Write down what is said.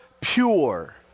pure